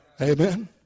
Amen